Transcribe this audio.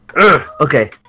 Okay